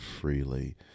freely